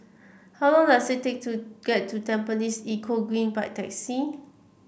how long does it take to get to Tampines Eco Green by taxi